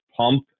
pump